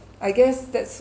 I guess that's